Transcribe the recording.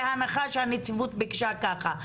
בהנחה שהנציבות ביקשה ככה,